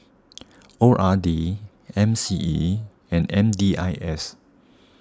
O R D M C E and M D I S